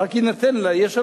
ורק אם יינתן לה, יהיה שלום,